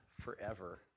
forever